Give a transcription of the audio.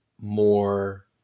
more